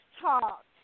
talk